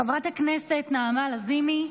חברת הכנסת נעמה לזימי,